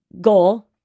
goal